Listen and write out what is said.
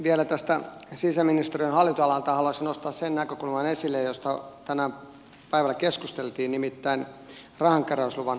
vielä tältä sisäministeriön hallinnonalalta haluaisin nostaa esille sen näkökulman josta tänään päivällä keskusteltiin nimittäin rahankeräysluvan poistumisen